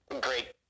great